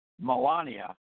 Melania